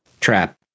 Trap